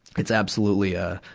it's absolutely a,